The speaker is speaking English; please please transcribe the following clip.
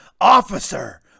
officer